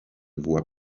voie